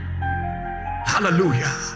Hallelujah